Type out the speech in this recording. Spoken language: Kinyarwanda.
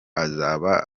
azaba